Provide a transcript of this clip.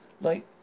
Like